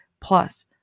Plus